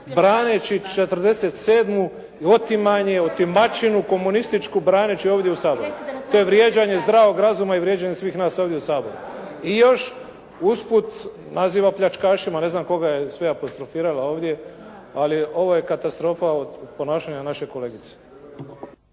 braneći 47. i otimanje, otimačinu komunističku braneći ovdje u Saboru. To je vrijeđanje zdravog razuma i vrijeđanje svih nas ovdje u Saboru. I još usput naziva pljačkašima, ne znam koga je sve apostrofirala ovdje ali ovo je katastrofa od ponašanja naše kolegice.